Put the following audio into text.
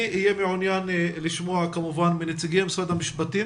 אני מעוניין לשמוע כמובן מנציגי משרד המשפטים